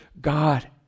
God